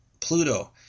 Pluto